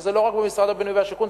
וזה לא רק במשרד הבינוי והשיכון,